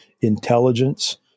intelligence